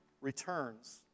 returns